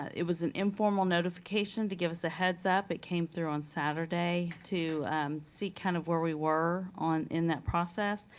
it was an informal notification to give us a heads up. it came through on saturday to seek kind of where we were on that process.